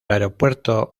aeropuerto